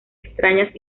extrañas